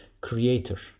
creator